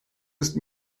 ist